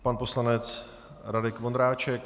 Pan poslanec Radek Vondráček?